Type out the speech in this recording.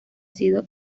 sido